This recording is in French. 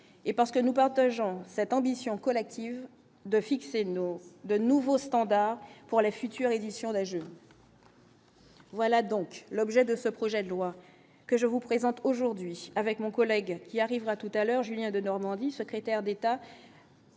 et parce que nous partageons cette ambition collective de fixer de nouveaux de nouveaux standards pour les futures éditions d'âge. Voilà donc l'objet de ce projet de loi que je vous présente aujourd'hui avec mon collègue qui arrivera tout à l'heure, Julien Denormandie, secrétaire d'État.